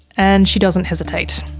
and she doesn't hesitate.